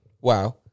Wow